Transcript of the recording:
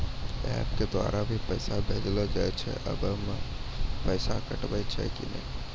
App के द्वारा भी पैसा भेजलो जाय छै आबै मे पैसा कटैय छै कि नैय?